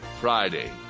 Friday